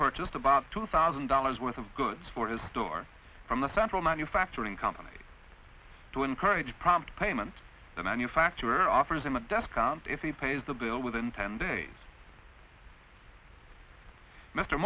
purchased about two thousand dollars worth of goods for his door from the central manufacturing company to encourage prompt payment the manufacturer offers him a desk and if he pays the bill within ten days mr